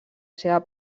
seva